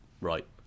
Right